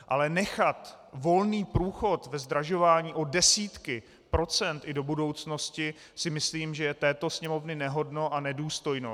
Ale nechat volný průchod ve zdražování o desítky procent i do budoucnosti, si myslím, že je této Sněmovny nehodno a nedůstojno.